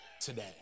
today